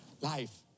Life